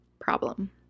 problem